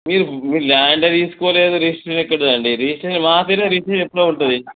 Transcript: మీరు మీరు ల్యాండే తీసుకోలేదు రిజిస్ట్రేషన్ ఎక్కడండి రిజిస్ట్రేషన్ మా పేరు మీద రిజిస్ట్రేషన్ ఎప్పుడో ఉంటుంది